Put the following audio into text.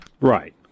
Right